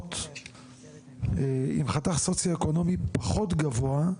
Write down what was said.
אוכלוסיות עם חתך סוציואקונומי פחות גבוה,